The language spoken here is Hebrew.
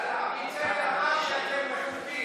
יאללה, עמית סגל אמר שאתם מחוקים.